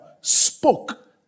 spoke